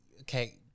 okay